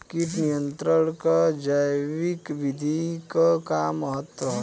कीट नियंत्रण क जैविक विधि क का महत्व ह?